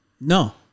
No